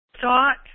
thought